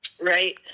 Right